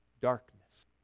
Darkness